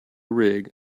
rig